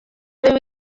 wari